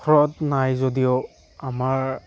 হ্ৰদ নাই যদিও আমাৰ